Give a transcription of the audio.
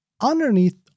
Underneath